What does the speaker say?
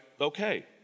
okay